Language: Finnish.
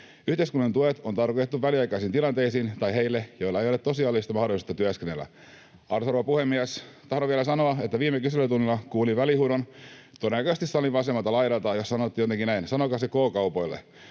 Yhteiskunnan tuet on tarkoitettu väliaikaisiin tilanteisiin tai heille, joilla ei ole tosiasiallista mahdollisuutta työskennellä. Arvoisa rouva puhemies! Tahdon vielä sanoa, että viime kyselytunnilla kuulin välihuudon, todennäköisesti salin vasemmalta laidalta, jossa sanottiin jotenkin näin: ”Sanokaa se K-kaupoille!”